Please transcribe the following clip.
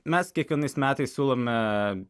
mes kiekvienais metais siūlome